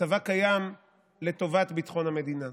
הצבא קיים לטובת ביטחון המדינה.